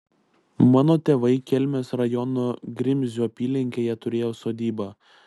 mano tėvai kelmės rajono grimzių apylinkėje turėjo sodybą